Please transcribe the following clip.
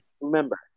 Remember